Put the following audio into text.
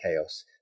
chaos